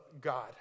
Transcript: God